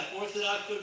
orthodox